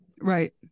Right